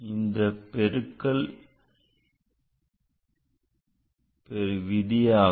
இந்த பெருக்கல் விதியாகும்